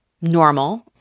normal